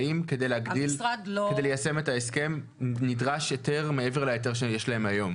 האם כדי ליישם את ההסכם נדרש היתר מעבר להיתר שיש להם היום?